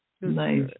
Nice